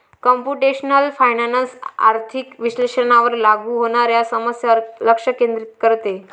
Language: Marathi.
कम्प्युटेशनल फायनान्स आर्थिक विश्लेषणावर लागू होणाऱ्या समस्यांवर लक्ष केंद्रित करते